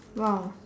!wow!